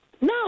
No